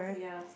yeah